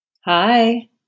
Hi